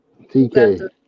TK